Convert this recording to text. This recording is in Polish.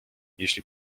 jeśli